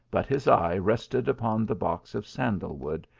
but his eye rested upon the box of sandal wood,